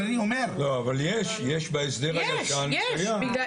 לא, אבל יש, יש בהסדר הישן, קיים.